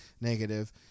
negative